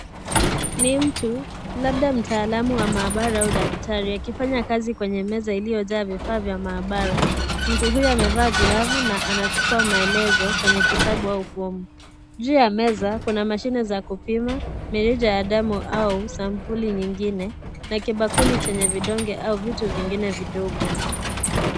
Ni mtu , labda mtaalamu wa maabara au daktari akifanya kazi kwenye meza iliyojaa vifaa vya maabara. Mtu huyo amevaa glavu na anachukua maelezo kwenye kitabu au fomu. Juu ya meza kuna mashine za kupima mrija ya damu au Sampuli nyingine na kibakuli chenye vidonge au vitu vingine vidogo.